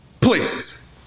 Please